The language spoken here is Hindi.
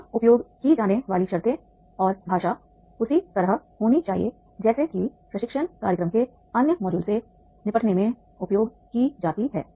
यहां उपयोग की जाने वाली शर्तें और भाषा उसी तरह होनी चाहिए जैसे कि प्रशिक्षण कार्यक्रम के अन्य मॉड्यूल से निपटने में उपयोग की जाती है